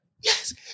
Yes